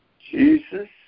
Jesus